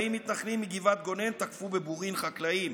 40 מתנחלים מגבעת גונן תקפו בבורין חקלאים.